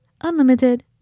Unlimited